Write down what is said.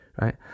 right